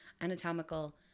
anatomical